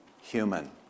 human